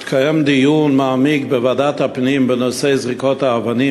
התקיים דיון מעמיק בוועדת הפנים בנושא זריקות האבנים.